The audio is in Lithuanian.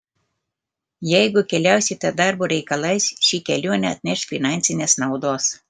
jeigu keliausite darbo reikalais ši kelionė atneš finansinės naudos